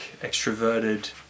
extroverted